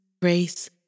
Grace